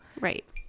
Right